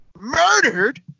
murdered